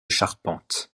charpente